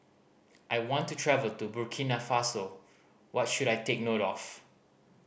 I want to travel to Burkina Faso what should I take note of